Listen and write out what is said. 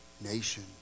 Nation